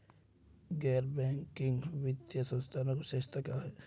गैर बैंकिंग वित्तीय संस्थानों की विशेषताएं क्या हैं?